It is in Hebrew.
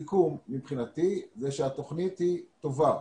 מבחינתי התוכנית היא טובה.